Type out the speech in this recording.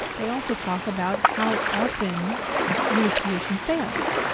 they also talk about how often unification fails,